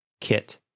Kit